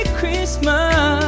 Christmas